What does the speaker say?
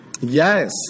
Yes